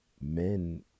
men